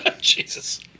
Jesus